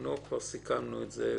בזמנו כבר סיכמנו את זה.